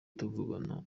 tuvugana